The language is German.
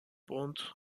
bund